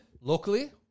locally